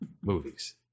movies